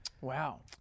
Wow